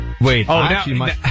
Wait